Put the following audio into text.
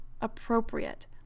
appropriate